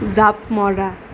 জাঁপ মৰা